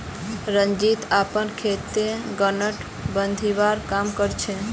रंजीत अपनार खेतत गांठ बांधवार काम कर छेक